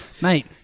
Mate